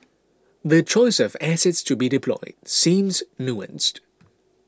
the choice of assets to be deployed seems nuanced